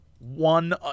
one